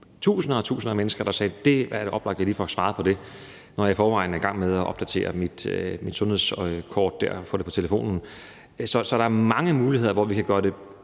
var altså tusindvis af mennesker, der sagde: Det er oplagt, at jeg lige får svaret på det, når jeg i forvejen er i gang med at opdatere mit sundhedskort på telefonen. Så der er mange muligheder for at gøre det